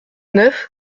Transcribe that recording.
neuf